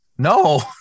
No